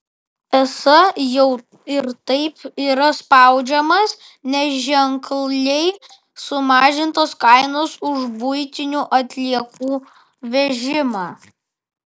esą jau ir taip yra spaudžiamas nes ženkliai sumažintos kainos už buitinių atliekų vežimą